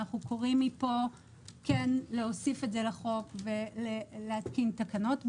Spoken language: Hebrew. אנחנו קוראים מפה כן להוסיף את זה לחוק ולהתקין תקנות בעניין.